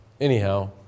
anyhow